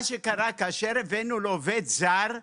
מה שקרה, כאשר הבאנו לו עובד זר,